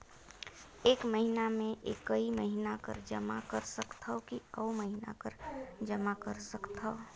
एक महीना मे एकई महीना कर जमा कर सकथव कि अउ महीना कर जमा कर सकथव?